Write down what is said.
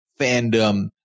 fandom